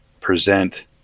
present